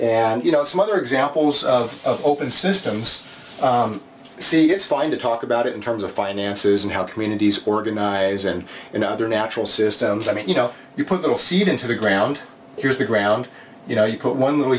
and you know some other examples of open systems see it's fine to talk about it in terms of finances and how communities organize and in other natural systems i mean you know you put the seed into the ground here's the ground you know you put one